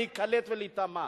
להיקלט ולהיטמע.